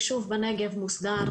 ישוב בנגב, מוסדר.